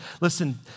Listen